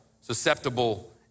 susceptible